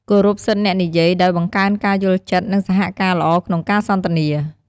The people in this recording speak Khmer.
គោរពសិទ្ធិអ្នកនិយាយ ដោយបង្កើនការយល់ចិត្ត និងសហការល្អក្នុងការសន្ទនា។